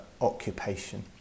occupation